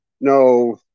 no